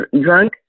drunk